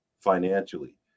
financially